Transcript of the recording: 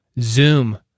Zoom